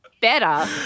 better